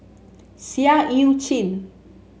Seah Eu Chin